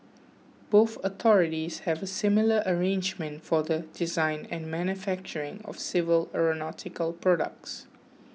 both authorities have a similar arrangement for the design and manufacturing of civil aeronautical products